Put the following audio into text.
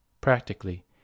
Practically